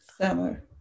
Summer